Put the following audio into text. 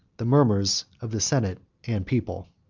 the murmurs of the senate and people.